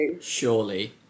Surely